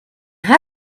how